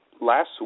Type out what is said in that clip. last